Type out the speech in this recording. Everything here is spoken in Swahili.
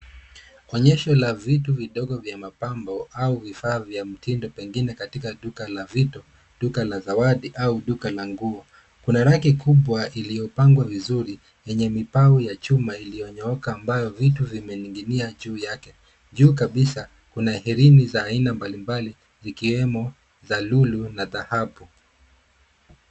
Onyesho la vitu vidogo vya mapambo au vifaa vya mitindo pengine katika duka la vito, duka la zawadi au duka la nguo. Kuna raki kubwa iliyopangwa vizuri yenye mipawi ya chuma ambayo vitu vimening'inia juu yake. Juu kabisa kuna herini za aina mbalimbali zikiwemo za lulu na dhahabu.